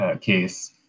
case